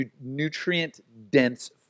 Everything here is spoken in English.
nutrient-dense